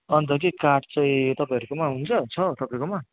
अन्त के काठ चाहिँ तपाईँहरूकोमा हुन्छ छ तपाईँकोमा